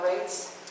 rates